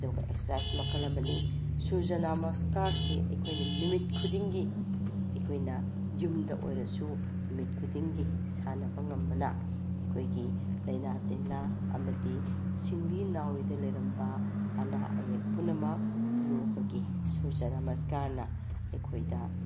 ꯑꯗꯨꯒ ꯑꯦꯛꯁꯁꯥꯏꯁ ꯃꯈꯜ ꯑꯃꯅꯤ ꯁꯨꯔꯖ ꯅꯃꯁꯀꯥꯔꯁꯤ ꯑꯩꯈꯣꯏꯅ ꯅꯨꯃꯤꯠ ꯈꯨꯗꯤꯡꯒꯤ ꯑꯩꯈꯣꯏꯅ ꯌꯨꯝꯗ ꯑꯣꯏꯔꯁꯨ ꯅꯨꯃꯤꯠ ꯈꯨꯗꯤꯡꯒꯤ ꯁꯥꯟꯅꯕ ꯉꯝꯕꯅ ꯑꯩꯈꯣꯏꯒꯤ ꯂꯩꯅꯥ ꯇꯤꯟꯅꯥ ꯑꯃꯗꯤ ꯁꯤꯡꯂꯤ ꯅꯥꯎꯔꯤꯗ ꯂꯩꯔꯝꯕ ꯑꯅꯥ ꯑꯌꯦꯛ ꯄꯨꯝꯅꯃꯛ ꯌꯣꯒꯒꯤ ꯁꯨꯔꯖ ꯅꯃꯁꯀꯥꯔꯅ ꯑꯩꯈꯣꯏꯗ